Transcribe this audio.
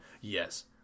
Yes